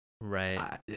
Right